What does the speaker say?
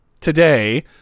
today